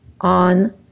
on